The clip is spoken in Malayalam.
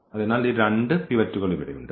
അതിനാൽ ഈ രണ്ട് പിവറ്റ് ഘടകങ്ങൾ ഇവിടെയുണ്ട്